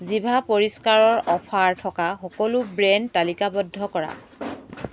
জিভা পৰিষ্কাৰৰ অফাৰ থকা সকলো ব্ৰেণ্ড তালিকাবদ্ধ কৰা